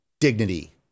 dignity